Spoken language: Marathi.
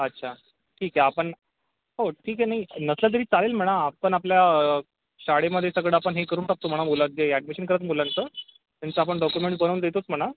अच्छा ठीक आहे आपण हो ठीक आहे नाही नसलं तरी चालेल मॅडम आपण आपल्या शाळेमध्ये सगळं आपण हे करून टाकतो म्हणा मुलांचे ॲडमिशन करू मुलांचं त्यांचं आपण डॉक्युमेंट बनवून देतोच म्हणा